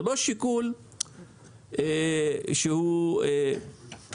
זה לא שיקול שהוא רצוני.